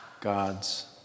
God's